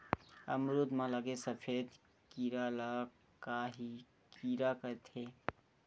अमरूद म लगे सफेद कीरा ल का कीरा कइथे?